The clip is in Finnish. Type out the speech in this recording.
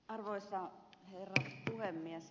arvoisa herra puhemies